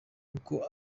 uko